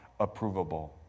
approvable